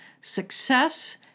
Success